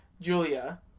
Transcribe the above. Julia